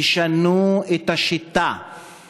תשנו את השיטה,